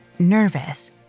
Nervous